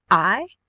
i?